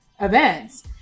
events